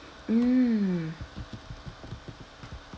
mm